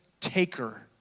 taker